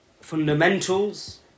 fundamentals